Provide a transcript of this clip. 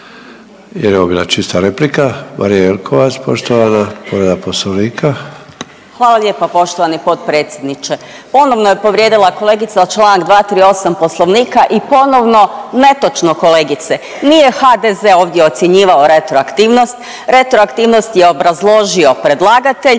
jer je ovo bila čista replika. Marija Jelkovac poštovana, povreda Poslovnika. **Jelkovac, Marija (HDZ)** Hvala lijepa poštovani potpredsjedniče. Ponovno je povrijedila kolegica članak 238. Poslovnika i ponovno netočno kolegice. Nije HDZ ovdje ocjenjivao retroaktivnost, retroaktivnost je obrazložio predlagatelj